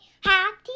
happy